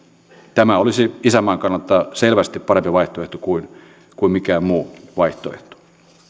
tämä olisi isänmaan kannalta selvästi parempi vaihtoehto kuin kuin mikään muu vaihtoehto